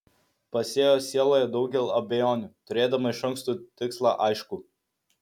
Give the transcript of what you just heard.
pasėjo sieloje daugel abejonių turėdama iš anksto tikslą aiškų